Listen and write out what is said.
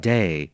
Day